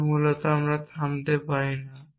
তবে মূলত আমরা থামতে পারি